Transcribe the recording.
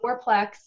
fourplex